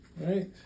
Right